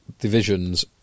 divisions